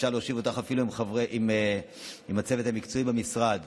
ואפשר להושיב אותך אפילו עם הצוות המקצועי במשרד